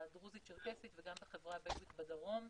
הדרוזית-צ'רקסית וגם החברה הבדואית בדרום.